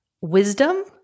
wisdom